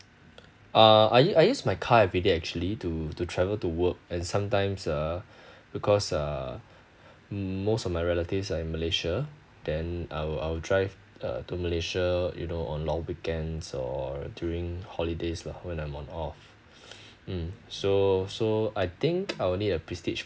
uh I I use my car everyday actually to to travel to work and sometimes ah because uh most of my relatives are in malaysia then I'll I'll drive uh to malaysia you know on long weekends or during holidays lah when I'm on off mm so so I think I will need a prestige